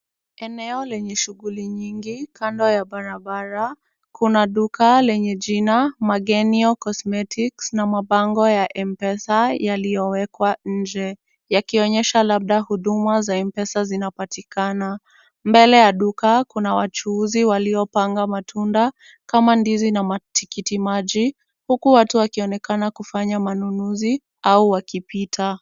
Eneo lenye shughuli nyingi kando ya barabara. Kuna duka lenye jina Magenio Cosmetics na mabango ya m-pesa yaliyowekwa nje yakionyesha labda huduma za m-pesa zinapatikana. Mbele ya duka kuna wachuuzi waliopanga matunda kama ndizi na matikitimaji huku watu wakionekana kukufanya manunuzi au wakipita.